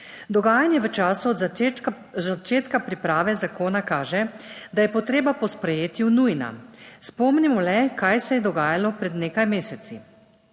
Dogajanje v času od začetka, začetka priprave zakona kaže, da je potreba po sprejetju nujna. Spomnimo le, kaj se je dogajalo pred nekaj meseci.